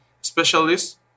specialists